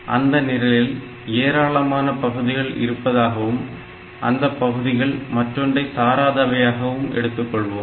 அந்த நிரலில் ஏராளமான பகுதிகள் இருப்பதாகவும் அந்தப் பகுதிகள் மற்றொன்றை சாராதவையாகவும் எடுத்துக்கொள்வோம்